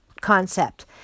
concept